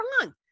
wrong